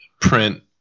print –